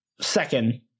Second